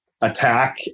attack